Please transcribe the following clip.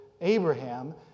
Abraham